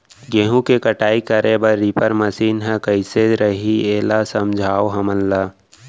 गेहूँ के कटाई करे बर रीपर मशीन ह कइसे रही, एला समझाओ हमन ल?